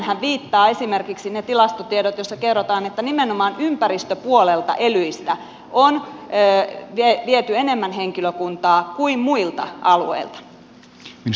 tähänhän viittaavat esimerkiksi ne tilastotiedot joissa kerrotaan että nimenomaan ympäristöpuolelta elyistä on viety enemmän henkilökuntaa kuin muilta alueilta